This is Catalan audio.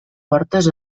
portes